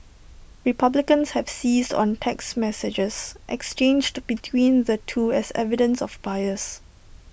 republicans have seized on text messages exchanged between the two as evidence of bias